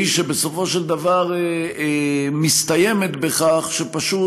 והיא שבסופו של בדבר מסתיימת בכך שפשוט